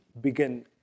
begin